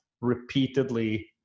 repeatedly